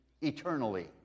eternally